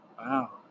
Wow